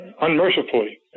unmercifully